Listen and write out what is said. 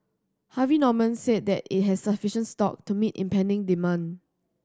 Harvey Norman said that it has sufficient stock to meet impending demand